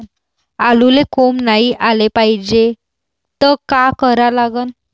आलूले कोंब नाई याले पायजे त का करा लागन?